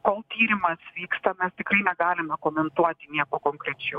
kol tyrimas vyksta mes tikrai negalime komentuoti nieko konkrečiau